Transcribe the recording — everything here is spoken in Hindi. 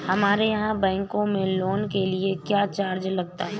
हमारे यहाँ बैंकों में लोन के लिए क्या चार्ज लगता है?